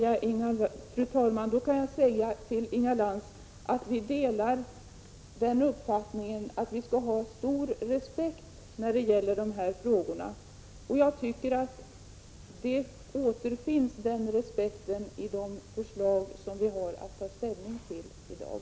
Fru talman! Då kan jag säga till Inga Lantz att vi delar uppfattningen att man skall ha stor respekt när det gäller de här frågorna. Jag tycker att den respekten återfinns i de förslag som kammaren har att ta ställning till i dag.